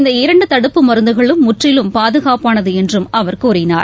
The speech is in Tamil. இந்த இரண்டு தடுப்பு மருந்துகளும் முற்றிலும் பாதுகாப்பானது என்றும் அவர் கூறினார்